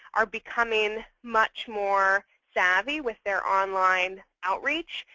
are becoming much more savvy with their online outreach.